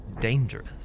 dangerous